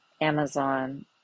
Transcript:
Amazon